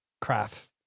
craft